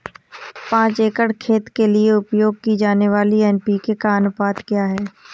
पाँच एकड़ खेत के लिए उपयोग की जाने वाली एन.पी.के का अनुपात क्या है?